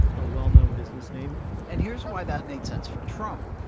a well-known business name and here's why that made sense for trump.